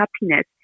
happiness